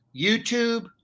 YouTube